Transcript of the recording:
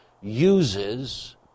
uses